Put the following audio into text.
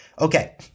Okay